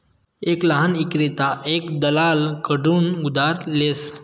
एक लहान ईक्रेता एक दलाल कडथून उधार लेस